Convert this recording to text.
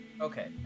okay